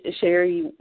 Sherry